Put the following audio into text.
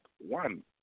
one